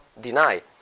deny